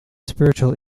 spiritual